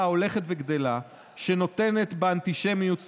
הולכת וגדלה שנותנת באנטישמיות סימנים.